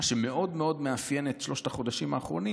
מה שמאוד מאוד מאפיין את שלושת החודשים האחרונים